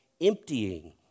emptying